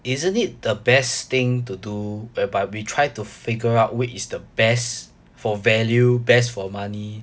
isn't it the best thing to do whereby we try to figure out which is the best for value best for money